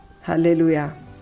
Hallelujah